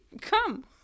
come